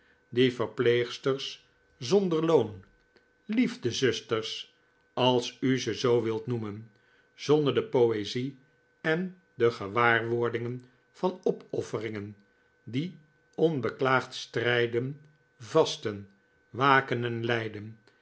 die verpleegsters zonder loon liefdezusters als u ze zoo wilt noemen zonder de poezie en de gewaarwordingen van opoffering die onbeklaagd strijden vasten waken en lijden